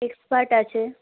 expert আছে